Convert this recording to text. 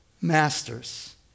Masters